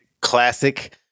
Classic